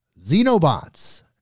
Xenobots